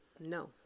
no